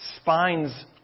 spines